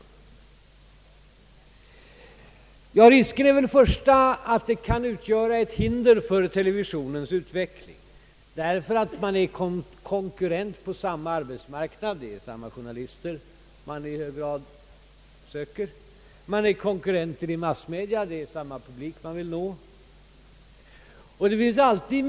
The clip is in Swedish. Den första risken är att pressinflytandet kan utgöra ett hinder för televisionens utveckling därför att båda är konkurrenter på samma arbetsmarknad: det är samma journalister man i hög grad söker. De är konkurrenter i massmedia: det är samma publik man vill nå.